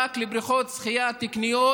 רק לבריכות שחייה תקניות,